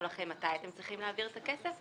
לכם מתי אתם צריכים להעביר את הכסף,